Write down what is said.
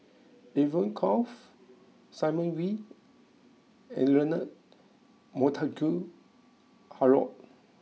Evon Kow Simon Wee and Leonard Montague Harrod